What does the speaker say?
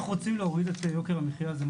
שלא מעניין אותם מה דעת הרב המקומי על זה,